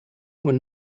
were